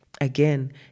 Again